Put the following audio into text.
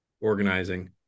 organizing